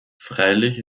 freilich